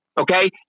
Okay